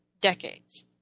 decades